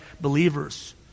believers